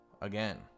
Again